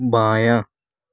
بایاں